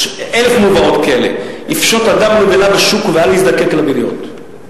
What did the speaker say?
יש אלף מובאות כאלה: יפשוט אדם נבלה בשוק ואל יזדקק לבריות.